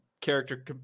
character